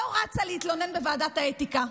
לא רצה להתלונן בוועדת האתיקה.